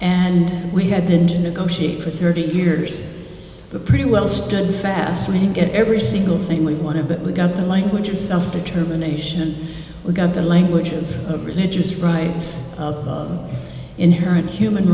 and we had then to negotiate for thirty years pretty well stood fast way to get every single thing we want to but we've got the language of self determination we've got the language of religious rights of inherent human